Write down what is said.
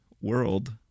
world